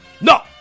No